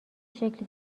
شکلی